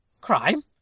Crime